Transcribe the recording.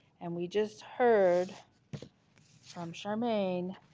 and we just heard from charmaine